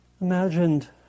imagined